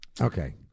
Okay